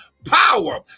Power